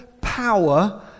power